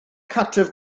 cartref